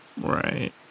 Right